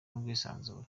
n’ubwisanzure